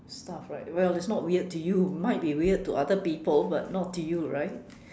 stuff right well it's not weird to you might be weird to other people but not to you right